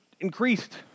increased